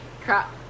Crap